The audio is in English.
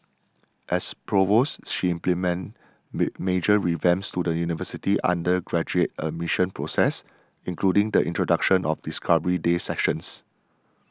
as provost she implemented major revamps to the university's undergraduate admission process including the introduction of Discovery Day sessions